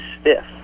stiff